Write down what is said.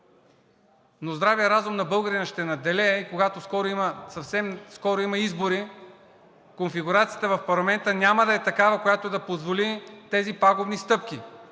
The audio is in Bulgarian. Но здравият разум на българина ще надделее и когато съвсем скоро има избори, конфигурацията в парламента няма да е такава, която да позволи тези пагубни стъпки.